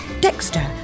Dexter